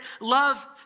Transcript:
love